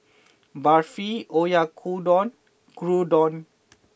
Barfi Oyakodon Gyudon